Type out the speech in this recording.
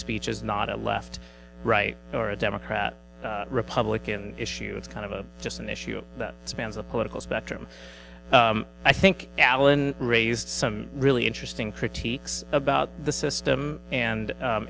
speech is not a left right or a democrat or republican issue it's kind of a just an issue that spans the political spectrum i think alan raised some really interesting critiques about the system and